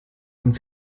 und